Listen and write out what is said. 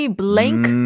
blank